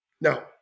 Now